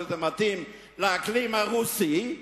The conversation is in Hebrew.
שזה מתאים לאקלים הרוסי,